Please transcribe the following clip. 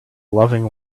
loving